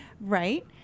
Right